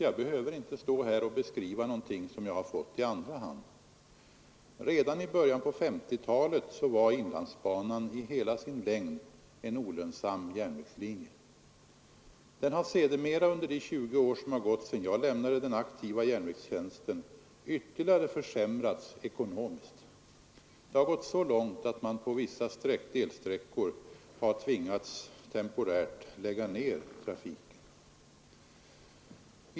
Jag behöver därför inte stå här och beskriva någonting som jag fått veta i andra hand. Redan i början av 1950-talet var inlandsbanan i hela sin längd en olönsam järnvägslinje. Läget har sedermera under de 20 år som gått sedan jag lämnade den aktiva järnvägstjänsten ytterligare försämrats ekonomiskt. Det har gått så långt att man på vissa delsträckor har tvingats temporärt lägga ned trafiken.